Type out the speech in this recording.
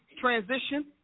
transition